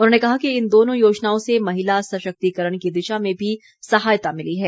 उन्होंने कहा कि इन दोनों योजनाओं से महिला सशक्तिकरण की दिशा में भी सहायता मिली है